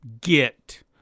get